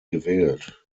gewählt